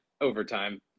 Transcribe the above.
overtime